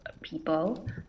people